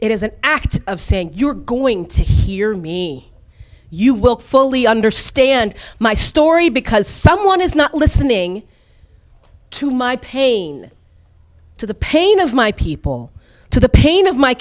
is an act of saying you're going to hear me you will fully understand my story because someone is not listening to my pain to the pain of my people to the pain of my